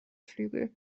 flügel